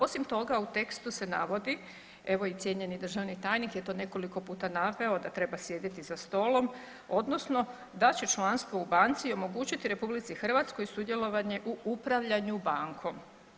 Osim toga, u tekstu se navodi, evo i cijenjeni državni tajnik je to nekoliko puta naveo, da treba sjediti za stolom, odnosno da će članstvo u Banci omogućiti RH sudjelovanje u upravljanju Bankom.